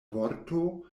vorto